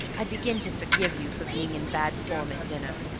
i begin to forgive you for being in bad form at dinner.